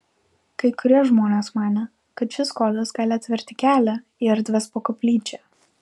kai kurie žmonės manė kad šis kodas gali atverti kelią į erdves po koplyčia